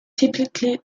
typically